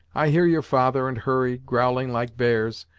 i hear your father and hurry growling like bears,